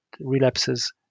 relapses